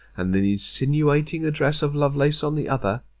and the insinuating address of lovelace on the other,